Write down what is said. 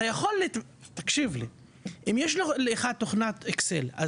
אם יש לך תוכנת אקסל,